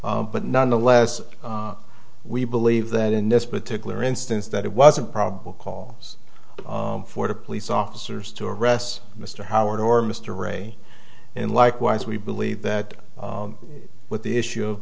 but nonetheless we believe that in this particular instance that it wasn't probable cause for the police officers to arrest mr howard or mr ray and likewise we believe that with the issue